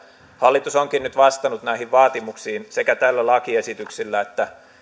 hallitus onkin nyt vastannut näihin vaatimuksiin sekä tällä lakiesityksellä että